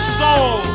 soul